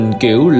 kiểu